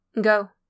Go